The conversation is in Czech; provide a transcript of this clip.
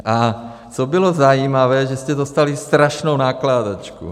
A co bylo zajímavé, že jste dostali strašnou nakládačku.